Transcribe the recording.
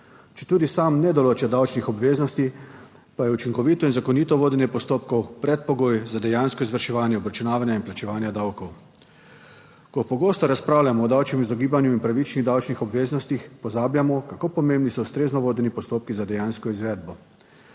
Četudi sam ne določa davčnih obveznosti pa je učinkovito in zakonito vodenje postopkov predpogoj za dejansko izvrševanje obračunavanja in plačevanja davkov. Ko pogosto razpravljamo o davčnem izogibanju in pravičnih davčnih obveznostih pozabljamo kako pomembni so ustrezno vodeni postopki za dejansko izvedbo.